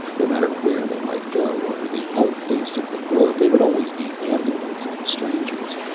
no matter where they might go over the whole face of the globe, they would always be aliens and strangers.